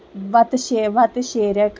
وتہٕ شے وَتہٕ شیریکھ